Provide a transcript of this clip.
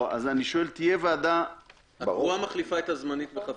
אז אני שואל תהיה ועדה --- הקבועה מחליפה את הזמנית בחפיפה.